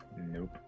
Nope